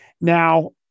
Now